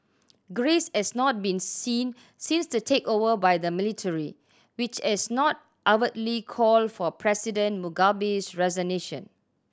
grace has not been seen since the takeover by the military which has not overtly called for President Mugabe's resignation